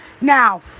Now